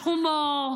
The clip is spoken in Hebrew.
שחום עור,